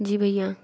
जी भैया